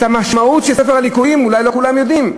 את המשמעות של ספר הליקויים אולי לא כולם יודעים,